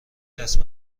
دست